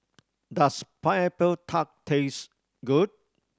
does Pineapple Tart taste good